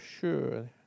sure